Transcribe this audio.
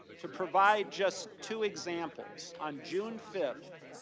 to provide just two examples. on june fifth,